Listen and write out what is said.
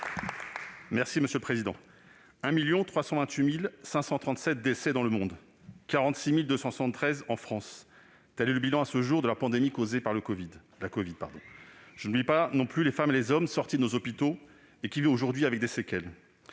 Monsieur le Premier ministre, 1 328 537 décès dans le monde, 46 273 en France : tel est le bilan à ce jour de la pandémie causée par la covid. Je n'oublie pas non plus les femmes et les hommes sortis de nos hôpitaux qui vivent aujourd'hui avec des séquelles.